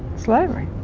slavery.